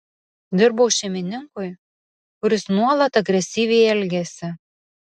dirbau šeimininkui kuris nuolat agresyviai elgėsi